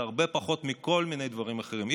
זה הרבה פחות מכל מיני דברים אחרים.